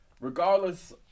regardless